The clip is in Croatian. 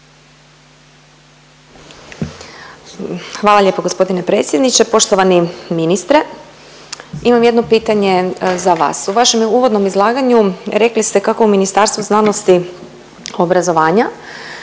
Hvala lijepo gospodine predsjedniče. Poštovani ministre imam jedno pitanje za vas. U vašem uvodnom izlaganju rekli ste kako Ministarstvo znanosti obrazovanja